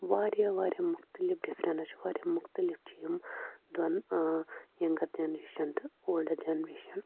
واریاہ واریاہ مُحتِلِف ڈِفرَنس چھِ واریاہ مُختِلِف چھِ یِم دۅن یَنٛگَر جَنٛریشَن تہٕ اولڈر جَنٛریشَن